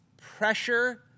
pressure